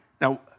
Now